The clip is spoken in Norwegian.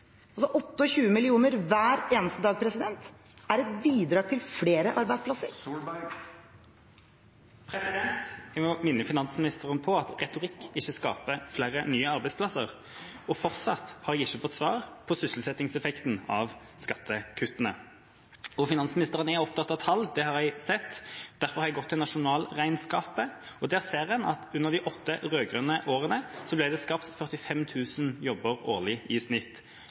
altså 28 mill. kr hver eneste dag – er et bidrag til flere arbeidsplasser? Jeg vil minne finansministeren om at retorikk ikke skaper flere nye arbeidsplasser, og fortsatt har jeg ikke fått svar på sysselsettingseffekten av skattekuttene. Finansministeren er opptatt av tall, det har jeg sett. Derfor har jeg gått til nasjonalregnskapet, og der ser en at det under de åtte rød-grønne årene ble skapt 45 000 jobber årlig i snitt.